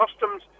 customs